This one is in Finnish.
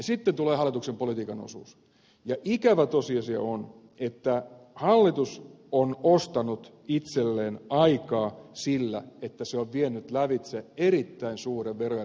sitten tulee hallituksen politiikan osuus ja ikävä tosiasia on että hallitus on ostanut itselleen aikaa sillä että se on vienyt lävitse erittäin suuren verojen alentamisen ohjelman